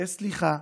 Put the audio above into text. לבקש סליחה,